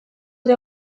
ere